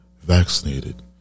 vaccinated